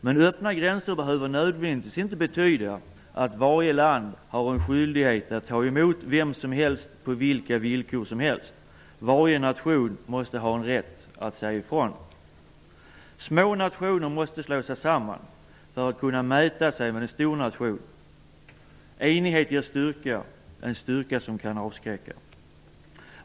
Men öppna gränser behöver nödvändigtvis inte betyda att varje land har en skyldighet att ta emot vem som helst på vilka villkor som helst. Varje nation måste ha en rätt att säga ifrån. Små nationer måste slå sig samman för att kunna mäta sig med en stor nation. Enighet ger styrka -- en styrka som kan avskräcka.